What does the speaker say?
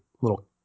little